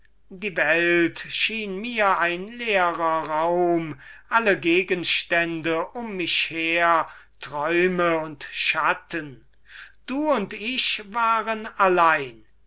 die welt schien mir ein leerer raum und alle gegenstände um mich her träume und schatten du und ich waren allein